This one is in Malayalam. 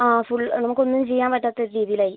ആ ഫുൾ നമ്മക്ക് ഒന്നും ചെയ്യാൻ പറ്റാത്ത ഒരു രീതിയിൽ ആയി